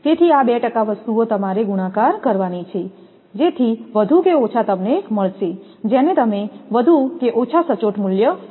તેથી આ 2 ટકા વસ્તુઓ તમારે ગુણાકાર કરવાની છે જેથી વધુ કે ઓછા તમને મળશે કે જેને તમે વધુ કે ઓછા સચોટ મૂલ્યો કહો છો